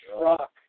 truck